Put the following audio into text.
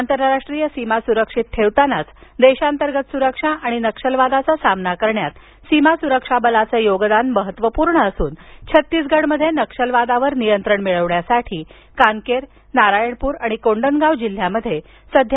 आंतरराष्ट्रीय सीमा सुरक्षित ठेवतानाच देशांतर्गत सुरक्षा आणि नक्षलवादाचा सामना करण्यात सीमा सुरक्षा बलाचं योगदान महत्त्वपूर्ण असून छत्तीसगढ मध्ये नक्षलवादावार नियंत्रण मिळवण्यासाठी कानकेर नारायण पूर आणि कोंडनगाव जिल्ह्यात सीमा सुरक्षा बल सध्या कार्यरत आहे